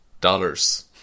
dollars